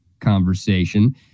conversation